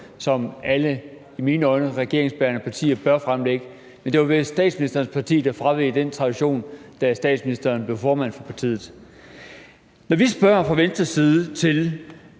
som alle regeringsbærende partier – i mine øjne – bør fremlægge. Men det var statsministerens parti, der fraveg den tradition, da statsministeren blev formand for partiet. Når vi fra Venstres side